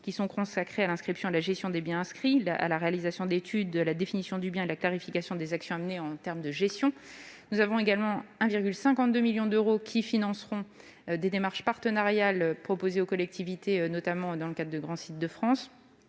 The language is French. est consacré à l'inscription de la gestion des biens inscrits, à la réalisation d'études, à la définition du bien et à la clarification des actions à mener en termes de gestion. Une enveloppe de 1,52 million d'euros financera des démarches partenariales proposées aux collectivités, notamment dans le cadre du réseau des grands sites de France.